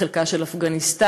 בחלקה של אפגניסטן,